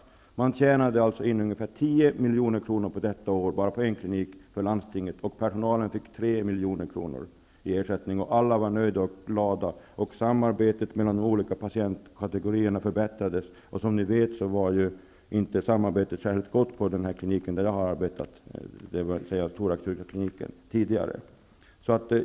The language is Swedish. Landstinget tjänade under detta år in ca 10 milj.kr. på bara en klinik, och personalen fick 3 milj.kr. i ersättning. Alla var nöjda och glada. Samarbetet mellan de olika personalkategorierna förbättrades. Som ni vet var samarbetet tidigare inte särskilt gott på den klinik där jag arbetade, dvs. thoraxkirurgkliniken.